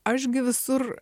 aš gi visur